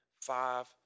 five